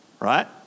right